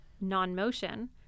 non-motion